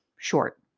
short